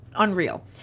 unreal